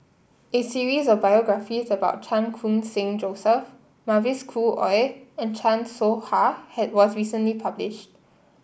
a series of biographies about Chan Khun Sing Joseph Mavis Khoo Oei and Chan Soh Ha had was recently publish